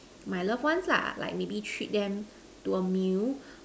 my loved ones lah like maybe treat them to a meal